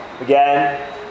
again